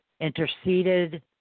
interceded